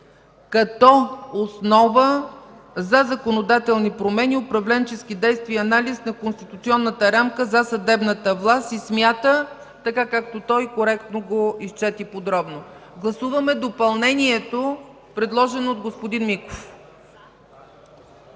като основа за законодателни промени, управленчески действия и анализ на конституционната рамка за съдебната власт и смята” – така както той коректно го изчете подробно. Гласуваме допълнението, предложено от господин Миков.